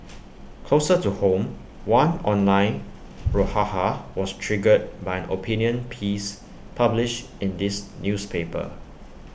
closer to home one online brouhaha was triggered by an opinion piece published in this newspaper